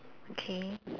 okay